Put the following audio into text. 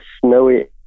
snowy